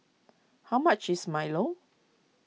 how much is Milo